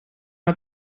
out